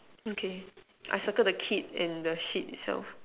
okay I circle the kid and the seat itself